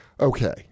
Okay